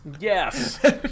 Yes